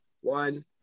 one